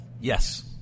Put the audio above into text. Yes